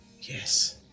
Yes